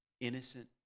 innocent